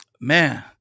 man